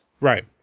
Right